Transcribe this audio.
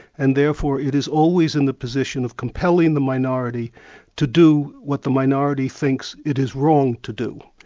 and therefore it is always in the position of compelling the minority to do what the minority thinks it is wrong to do.